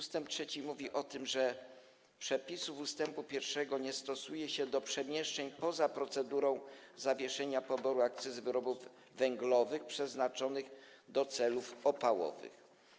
Ust. 3 mówi o tym, że przepisu ust. 1 nie stosuje się do przemieszczeń poza procedurą zawieszenia poboru akcyzy od wyrobów węglowych przeznaczonych do celów opałowych.